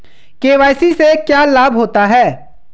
KYC से क्या लाभ होता है?